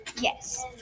Yes